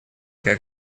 как